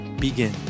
begin